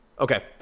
okay